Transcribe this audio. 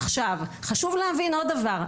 חשוב להבין עוד דבר,